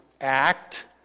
act